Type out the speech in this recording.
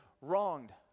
wronged